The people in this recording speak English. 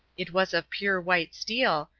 it was of pure white steel,